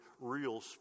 real